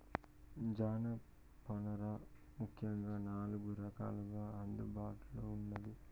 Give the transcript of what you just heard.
జనపనార ముఖ్యంగా నాలుగు రకాలుగా అందుబాటులో ఉన్నాది